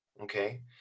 Okay